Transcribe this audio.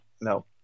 No